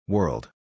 World